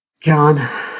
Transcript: john